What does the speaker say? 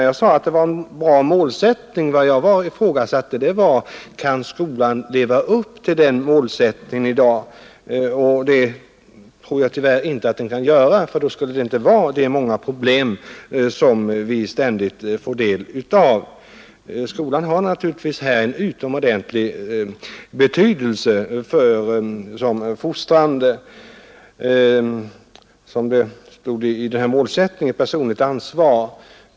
Jag sade att målsättningen är bra. Det jag ifrågasatte var om skolan kan leva upp till den målsättningen i dag, något som jag tror att den tyvärr inte kan göra, ty då skulle vi inte ständigt ha dessa många problem, Skolan har naturligtvis härvidlag en utomordentligt fostrande betydelse när det gäller personligt ansvar, som det står i redogörelsen för målsättningen.